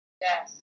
Yes